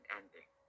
ending